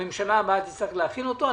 הממשלה הבאה תצטרך להכין אותו.